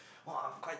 !wah! I'm quite